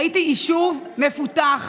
ראיתי יישוב מפותח,